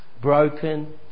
broken